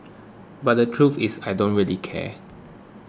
but the truth is I don't really care